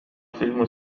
الفلم